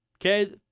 Okay